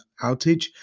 outage